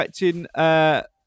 expecting